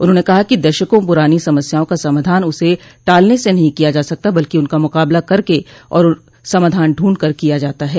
उन्होंने कहा कि दशकों पुरानी समस्याओं का समाधान उसे टालने से नहीं किया जा सकता बल्कि उनका मुकाबला करके और समाधान ढूंढ कर किया जाता है